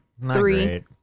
Three